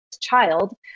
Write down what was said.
child